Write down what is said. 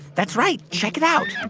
that's right. check it out